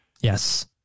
Yes